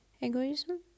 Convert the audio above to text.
egoism